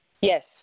Yes